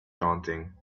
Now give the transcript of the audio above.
daunting